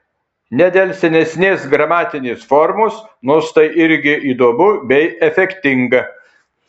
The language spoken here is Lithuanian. ne dėl senesnės gramatinės formos nors tai irgi įdomu bei efektinga